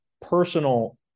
personal